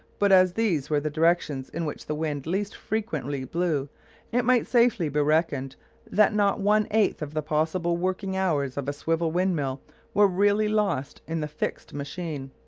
but as these were the directions in which the wind least frequently blew it might safely be reckoned that not one-eighth of the possible working hours of a swivel-windmill were really lost in the fixed machine.